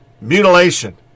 mutilation